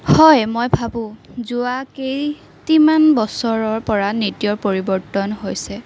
হয় মই ভাবোঁ যোৱা কেইটিমান বছৰৰ পৰা নৃত্যৰ পৰিৱৰ্তন হৈছে